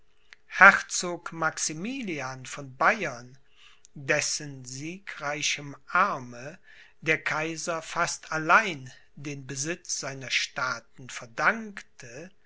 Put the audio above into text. herzog maximilian von bayern dessen siegreichem arme der kaiser fast allein den besitz seiner staaten verdankte